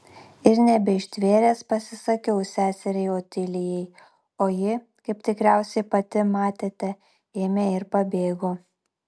ir nebeištvėręs pasisakiau seseriai otilijai o ji kaip tikriausiai pati matėte ėmė ir pabėgo